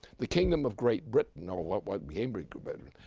the kingdom of great britain, or what what became great great britain,